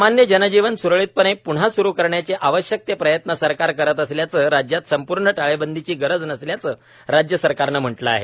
सामान्य जनजीवन स्रळीतपणे प्न्हा स्रू करण्याचे आवश्यक ते प्रयत्न सरकार करत असल्यानं राज्यात संपूर्ण टाळेबंदीची गरज नसल्याचं राज्य सरकारनं म्हटलं आहे